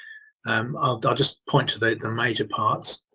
um are, i'll just point to the the major parts.